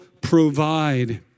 Provide